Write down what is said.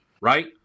right